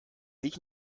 dich